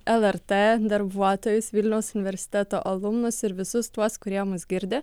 lrt darbuotojus vilniaus universiteto alumnus ir visus tuos kurie mus girdi